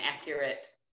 accurate